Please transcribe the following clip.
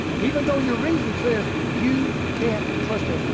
even though your reason says you can't trust him.